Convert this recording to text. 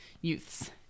youths